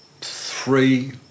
three